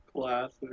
Classic